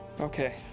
Okay